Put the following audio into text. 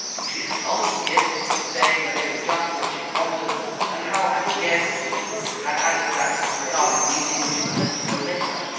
she had acknowledged the gifts, saying that they were just what she had wanted and how had he guessed, and had added that, as regarded a meeting, she would let him know later.